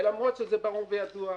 ולמרות שזה ברור וידוע,